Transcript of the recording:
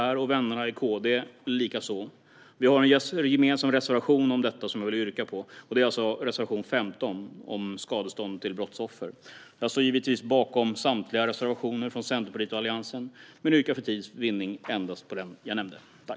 Det har vännerna i KD likaså. Vi har en gemensam reservation om detta, reservation 15 om skadestånd till brottsoffer, som jag vill yrka bifall till. Jag står givetvis bakom Centerpartiets och Alliansens samtliga reservationer. Men för tids vinnande yrkar jag bifall till endast den.